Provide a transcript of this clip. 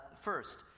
First